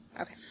Okay